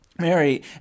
Mary